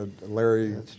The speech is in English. Larry